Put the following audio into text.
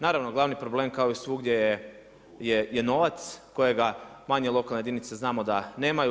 Naravno, glavni problem kao i svugdje je novac kojega manje lokalne jedinice znamo da nemaju.